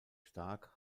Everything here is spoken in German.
stark